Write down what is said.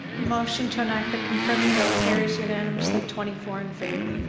motion to enact the confirming bill carres unanimously twenty four in favor.